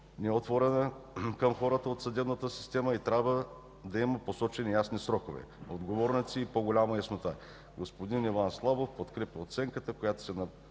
не е отворена към хората от съдебната система и трябва да има посочени ясни срокове, отговорници и по-голяма яснота. Господин Иван Славов подкрепя оценките, които са